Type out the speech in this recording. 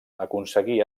aconseguí